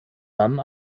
dann